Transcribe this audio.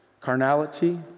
Carnality